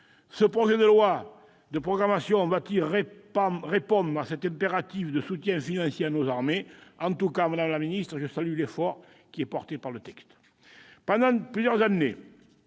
Ce projet de loi de programmation va-t-il répondre à cet impératif de soutien financier à nos armées ? En tout cas, madame la ministre, je salue l'effort qui est porté par le texte. Pendant plusieurs années,